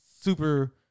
super